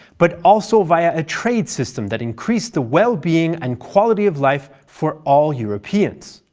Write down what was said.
but also via a trade system that increased the well-being and quality of life for all europeans.